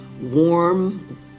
warm